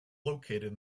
located